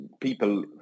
people